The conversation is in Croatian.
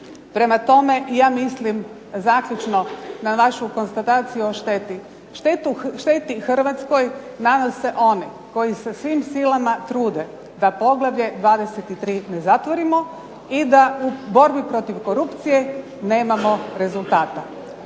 Prema tome, ja mislim zaključno na našu konstataciju o šteti, šteti Hrvatskoj nadasve oni koji se svim silama trude da poglavlje 23. ne zatvorimo i da u borbi protiv korupcije nemamo rezultata.